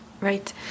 Right